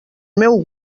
meu